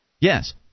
Yes